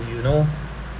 you know